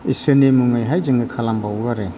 इसोरनि मुङैहाय जोङो खालामबावो आरो